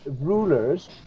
rulers